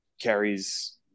carries